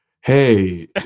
Hey